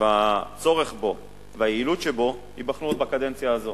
והצורך בו והיעילות שבו ייבחנו עוד בקדנציה הזו.